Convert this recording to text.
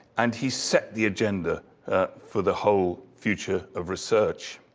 and he set the agenda for the whole future of research.